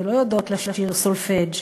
ולא יודעות לשיר סולפג',